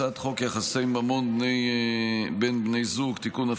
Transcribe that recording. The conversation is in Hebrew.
הצעת חוק יחסי ממון בין בני זוג (תיקון,